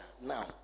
now